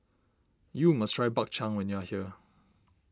you must try Bak Chang when you are here